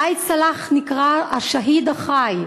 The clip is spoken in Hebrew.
ראאד סלאח נקרא "השהיד החי".